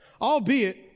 albeit